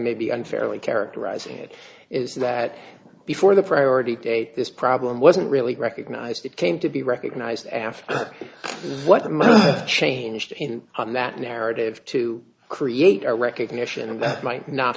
may be unfairly characterizing it is that before the priority date this problem wasn't really recognised it came to be recognised after what must changed on that narrative to create a recognition that might not